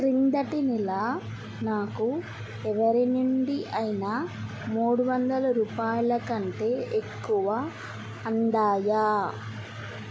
క్రిందటి నెల నాకు ఎవరి నుండి అయినా మూడు వందల రూపాయల కంటే ఎక్కువ అందాయా